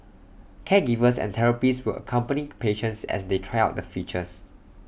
caregivers and therapists will accompany patients as they try out the features